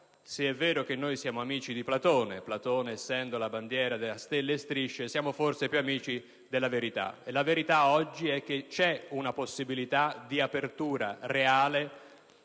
se è vero che siamo amici di Platone (essendo Platone la bandiera a stelle e strisce), siamo forse più amici della verità: e la verità oggi è che c'è una possibilità di apertura reale,